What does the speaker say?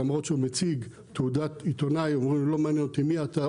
למראות שהוא מציג תעודת עיתונאי "אומרים לו "לא מעניין אותי מי אתה,